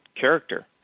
character